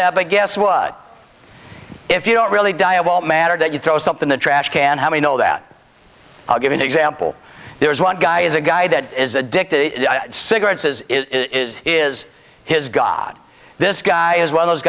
that i guess was if you don't really die of all matter that you throw something the trash can how do you know that i'll give an example there is one guy is a guy that is addicted to cigarettes as is is his god this guy is one of those